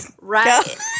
right